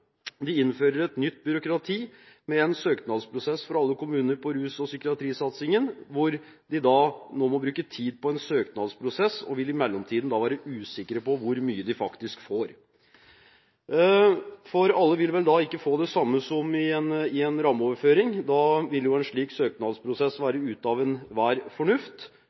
De innfører et nytt byråkrati med en søknadsprosess for alle kommuner innen rus- og psykiatrisatsingen. De må nå bruke tid på en søknadsprosess og vil i mellomtiden være usikre på hvor mye de faktisk får, for alle vil vel ikke få det samme som i en rammeoverføring. Da ville jo en slik søknadsprosess være hinsides enhver fornuft